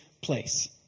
place